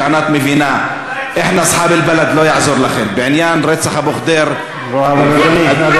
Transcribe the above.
שענת מבינה: אחנא צחאב אלבלד (בערבית: אנחנו בעלי הארץ).